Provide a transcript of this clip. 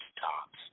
tops